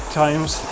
times